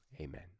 Amen